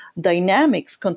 dynamics